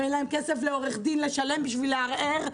אין להם כסף לעורך דין לשלם בשביל לערער.